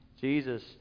Jesus